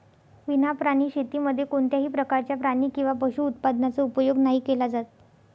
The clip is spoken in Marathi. विना प्राणी शेतीमध्ये कोणत्याही प्रकारच्या प्राणी किंवा पशु उत्पादनाचा उपयोग नाही केला जात